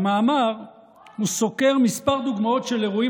במאמר הוא סוקר כמה דוגמאות של אירועים